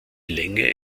länge